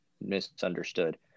misunderstood